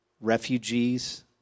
refugees